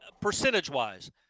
percentage-wise